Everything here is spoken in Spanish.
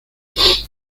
rosas